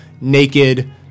naked